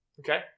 Okay